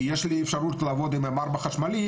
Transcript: כי יש לי אפשרות לעבוד עם M4 חשמלי,